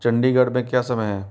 चंडीगढ़ में क्या समय है